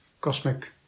Cosmic